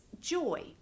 joy